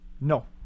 No